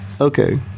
Okay